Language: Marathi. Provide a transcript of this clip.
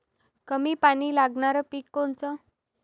कमी पानी लागनारं पिक कोनचं?